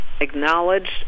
acknowledged